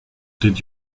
did